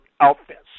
outfits